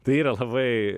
tai yra labai